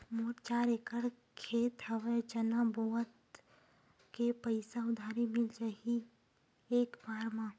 मोर चार एकड़ खेत हवे चना बोथव के पईसा उधारी मिल जाही एक बार मा?